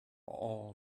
all